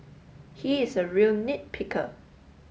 he is a real nit picker